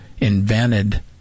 invented